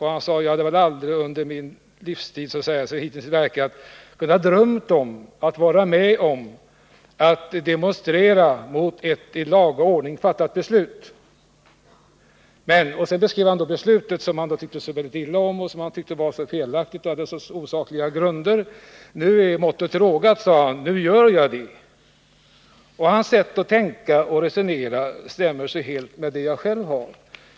Han sade att han hittills aldrig hade kunnat drömma om att vara med om att demonstrera mot ett i laga ordning fattat beslut. Sedan beskrev han beslutet, som han tyckte väldigt illa om och som han tyckte var felaktigt och fattat på osakliga grunder. Nu är måttet rågat, sade han, nu deltar jag i protesterna. Hans sätt att tänka och resonera stämmer helt med min inställning.